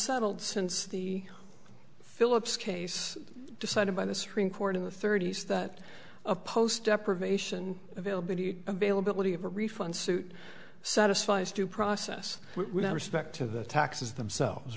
settled since the phillips case decided by the supreme court in the thirty's that post deprivation availability availability of a refund suit satisfies due process without respect to the taxes themselves